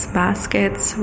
baskets